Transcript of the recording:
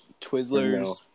Twizzlers